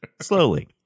slowly